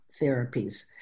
therapies